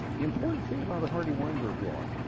important thing about the hardy-weinberg law